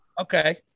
Okay